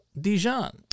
Dijon